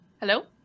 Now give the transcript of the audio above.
Hello